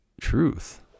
truth